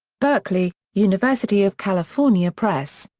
berkeley university of california press.